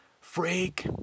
FREAK